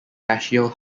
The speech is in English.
dashiell